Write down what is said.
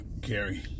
Gary